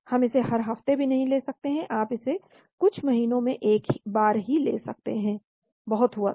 हम इसे हर हफ्ते भी नहीं ले सकते आप इसे कुछ महीनों में एक बार ही ले सकते हैं बहुत हुआ तो